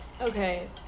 Okay